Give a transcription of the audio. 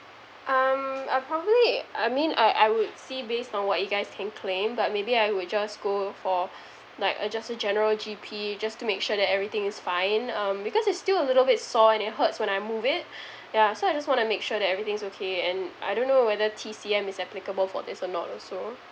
um I probably I mean I I would see based on what you guys can claim but maybe I would just go for like a just a general G_P just to make sure that everything is fine um because it's still a little bit sore and it hurts when I move it ya so I just want to make sure that everything's okay and I don't know whether T_C_M is applicable for this or not also